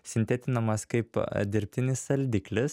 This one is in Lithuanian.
sintetinamas kaip dirbtinis saldiklis